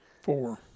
Four